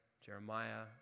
Jeremiah